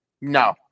No